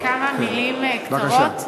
רק כמה מילים קצרות.